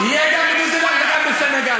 יהיה גם בניו-זילנד וגם בסנגל,